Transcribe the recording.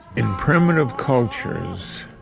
in primitive cultures,